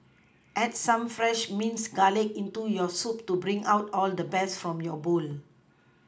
add some fresh minced garlic into your soup to bring out all the best from your bowl